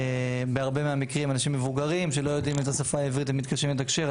בהרבה מקרים אנשים מבוגרים שלא יודעים את השפה העברית ומתקשים לתקשר,